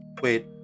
wait